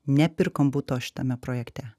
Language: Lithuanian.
nepirkom buto šitame projekte